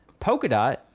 Polkadot